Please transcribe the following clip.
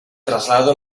traslado